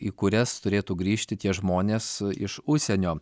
į kurias turėtų grįžti tie žmonės iš užsienio